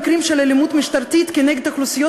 המקרים של אלימות משטרתית כנגד אוכלוסיות